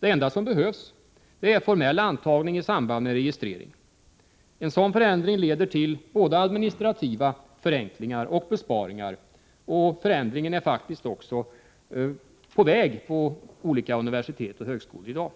Det enda som behövs är formell antagning i samband med registrering. En sådan förändring leder till både administrativa förenklingar och besparingar, och den förändringen är faktiskt i dag också på väg på olika universitet och högskolor.